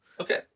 Okay